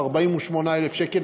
שהם 48,000 שקלים,